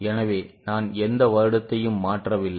எனவே நான் எந்த வருடத்தையும் மாற்றவில்லை